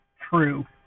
True